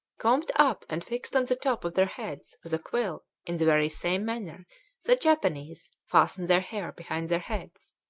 combed up and fixed on the top of their heads with a quill in the very same manner that japanese fastened their hair behind their heads.